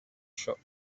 shop